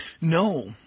No